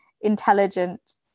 intelligent